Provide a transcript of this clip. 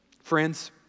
Friends